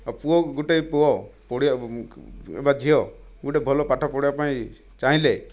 ଆଉ ପୁଅ ଗୋଟିଏ ପୁଅ ପଢ଼ି ବା ଝିଅ ଗୋଟିଏ ଭଲ ପାଠପଢ଼ିବା ପାଇଁ ଚାହିଁଲେ